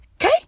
Okay